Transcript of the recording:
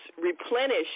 replenish